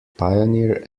pioneer